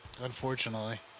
Unfortunately